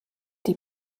die